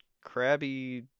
crabby